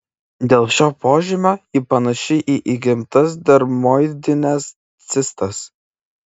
dėl šio požymio ji panaši į įgimtas dermoidines cistas